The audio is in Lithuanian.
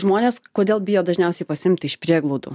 žmonės kodėl bijo dažniausiai pasiimti iš prieglaudų